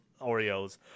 oreos